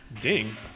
Ding